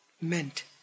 meant